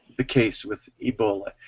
the case with ebola.